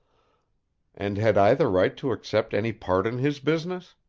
and had i the right to accept any part in his business?